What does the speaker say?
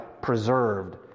preserved